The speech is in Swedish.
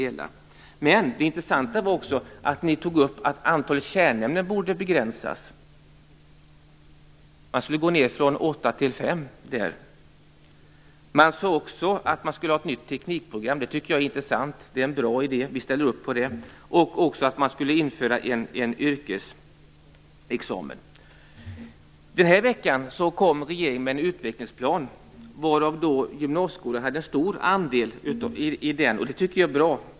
Det var intressant att man också tog upp att antalet kärnämnen borde begränsas. Man skulle gå ned från åtta till fem. Man sade att vi skulle ha ett nytt teknikprogram. Det tycker jag är intressant. Det är en bra idé. Vi ställer upp på det. Vidare sade man att man skulle införa en yrkesexamen. Den här veckan kom regeringen med en utvecklingsplan. I den hade gymnasieskolan en stor andel, och det tycker jag är bra.